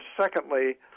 secondly